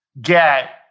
get